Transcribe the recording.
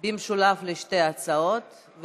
במשולב על שתי ההצעות,